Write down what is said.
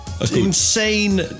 insane